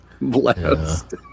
Blessed